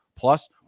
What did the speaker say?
Plus